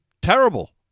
Terrible